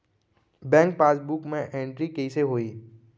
Bank passbook मा entry कइसे होही?